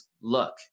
look